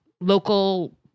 local